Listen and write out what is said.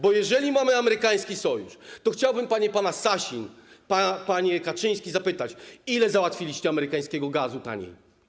Bo jeżeli mamy amerykański sojusz, to chciałbym panów, panie Sasin, panie Kaczyński, zapytać, ile załatwiliście amerykańskiego gazu taniej.